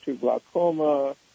glaucoma